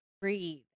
breathe